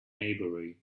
maybury